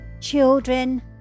children